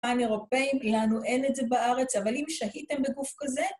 אירופאים, לנו אין את זה בארץ, אבל אם שהיתם בגוף כזה...